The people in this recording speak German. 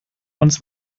uns